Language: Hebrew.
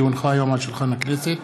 כי הונחה היום על שולחן הכנסת,